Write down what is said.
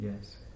Yes